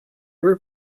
were